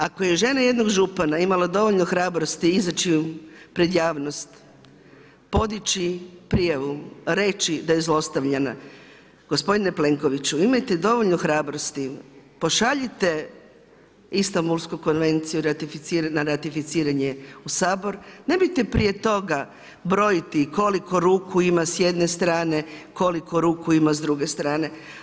Ako je žena jednog župana imala dovoljno hrabrosti izaći pred javnost, podići prijavu, reći da je zlostavljana, gospodine Plenkoviću imajte dovoljno hrabrosti, pošaljite Istanbulsku konvenciju na ratificiranje u Sabor, nemojte prije toga brojiti koliko ruku ima s jedne strane, koliko ruku ima s druge strane.